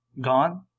gone